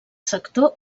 sector